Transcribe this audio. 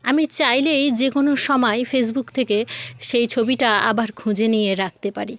আমি চাইলেই যে কোনো সময় ফেসবুক থেকে সেই ছবিটা আবার খুঁজে নিয়ে রাখতে পারি